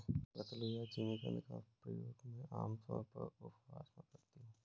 रतालू या जिमीकंद का प्रयोग मैं आमतौर पर उपवास में करती हूँ